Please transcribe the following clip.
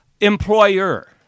Employer